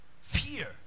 Fear